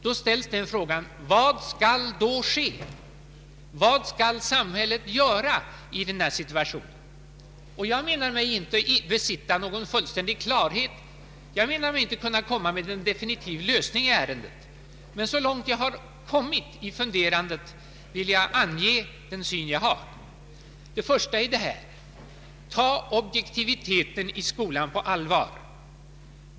Vi ställs givetvis inför frågan: Vad skall samhället göra i denna situation? Jag menar mig inte besitta någon fullständig klarhet, och jag menar mig inte kunna anvisa någon definitiv lösning på problemet. Men jag vill ange den syn jag har kommit till i mitt funderande. Först vill jag säga: Tag objektiviteten i skolan på allvar!